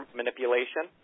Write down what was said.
manipulation